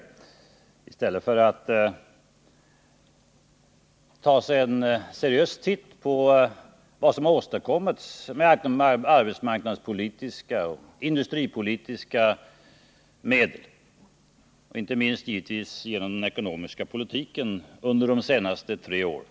Han argumenterar på det sättet i stället för att ta sig en seriös titt på vad som har åstadkommits med arbetsmarknadspolitiska och industripolitiska medel och givetvis inte minst genom den ekonomiska politiken under de senaste tre åren.